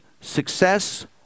success